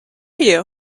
you